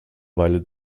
weile